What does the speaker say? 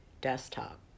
desktop